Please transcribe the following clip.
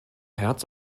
herz